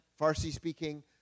Farsi-speaking